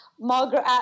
Margaret